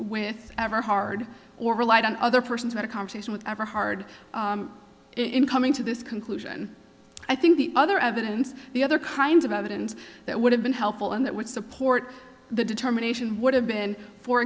with ever hard or relied on other persons about a conversation with ever hard in coming to this conclusion i think the other evidence the other kinds of evidence that would have been helpful and that would support the determination would have been for